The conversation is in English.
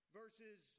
verses